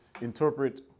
interpret